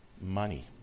money